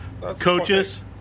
coaches